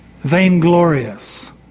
vainglorious